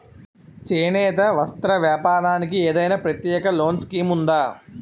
చేనేత వస్త్ర వ్యాపారానికి ఏదైనా ప్రత్యేక లోన్ స్కీం ఉందా?